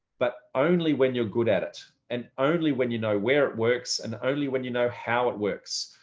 but only when you're good at it and only when you know where it works and only when you know how it works.